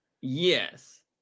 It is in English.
Yes